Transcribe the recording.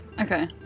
Okay